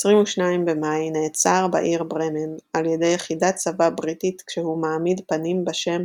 ב-22 במאי נעצר בעיר ברמן על ידי יחידת צבא בריטית כשהוא מעמיד פנים בשם